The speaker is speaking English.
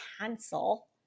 cancel